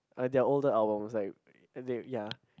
like their older albums like ya